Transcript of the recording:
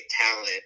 talent